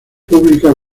publica